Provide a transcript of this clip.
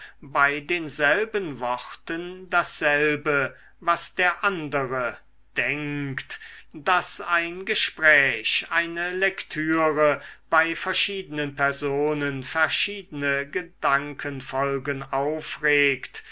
bei denselben worten dasselbe was der andere denkt daß ein gespräch eine lektüre bei verschiedenen personen verschiedene gedankenfolgen aufregt